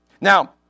Now